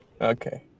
Okay